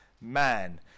man